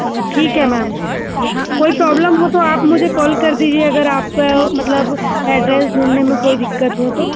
ठीक है मैम कोई प्रोब्लेम हो तो आप मुझे कॉल कर दीजिए अगर आपको मतलब एड्रेस ढूंढने में कोई दिक्कत हो तो